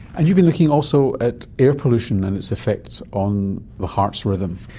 and you've been looking also at air pollution and its effects on the heart's rhythm.